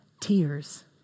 tears